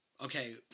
Okay